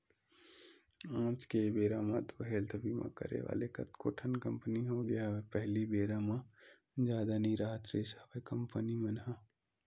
आज के बेरा म तो हेल्थ बीमा करे वाले कतको ठन कंपनी होगे हवय पहिली बेरा म जादा नई राहत रिहिस हवय कंपनी मन ह